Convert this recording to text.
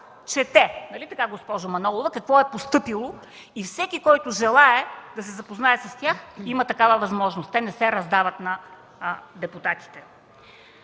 чете – нали така, госпожо, какво е постъпило. И всеки, който желае да се запознае с тях, има такава възможност. Те не се раздават на депутатите.